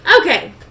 Okay